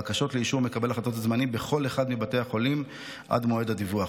הבקשות לאישור מקבל החלטות זמני בכל אחד מבתי החולים עד מועד הדיווח.